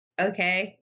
Okay